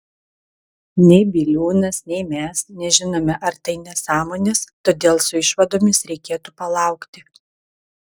nei biliūnas nei mes nežinome ar tai nesąmonės todėl su išvadomis reikėtų palaukti